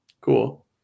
cool